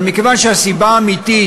אבל מכיוון שהסיבה האמיתית,